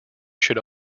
should